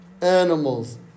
animals